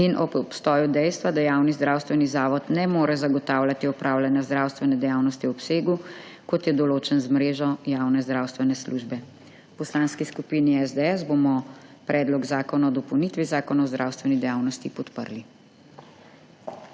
in ob obstoju dejstva, da javni zdravstveni zavod ne more zagotavljati opravljanja zdravstvene dejavnosti v obsegu, kot je določen z mrežo javne zdravstvene službe. V Poslanski skupini SDS bomo predlog zakona o dopolnitvi Zakona o zdravstveni dejavnosti podprli.